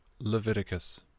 Leviticus